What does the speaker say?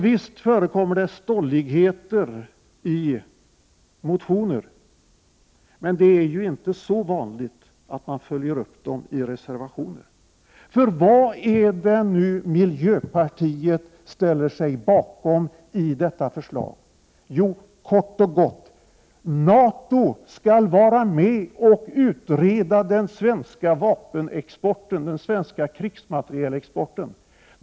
Visst förekommer det stolligheter i motioner, men det är inte så vanligt att man följer upp dem i reservationer. Vad är det miljöpartiet ställer sig bakom i detta förslag? Jo, kort och gott: NATO skall vara med och utreda den svenska krigsmaterielexporten.